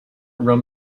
room